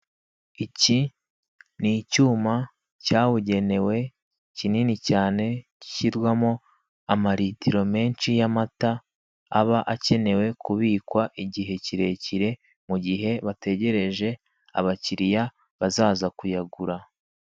Iki ni icyuma cyabugenewe kinini cyane gishyirwamo amalitiro menshi y'amata aba akenewe kubikwa igihe kirekire mu gihe bategereje abakiriya bazaza kuyigura.